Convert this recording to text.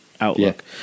outlook